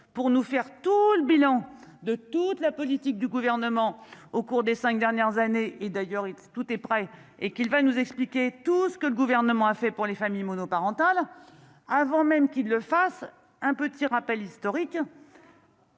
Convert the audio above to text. pour nous faire tout le bilan de toute la politique du gouvernement au cours des 5 dernières années, et d'ailleurs, tout est prêt et qu'il va nous expliquer tout ce que le gouvernement a fait pour les familles monoparentales, avant même qu'il le fasse un petit rappel historique.